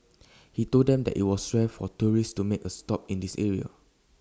he told them that IT was rare for tourists to make A stop in this area